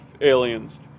aliens